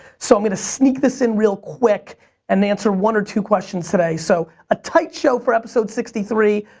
so i'm gonna sneak this in real quick and answer one or two questions today, so a tight show for episode sixty three,